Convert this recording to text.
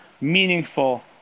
meaningful